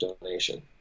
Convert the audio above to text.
donation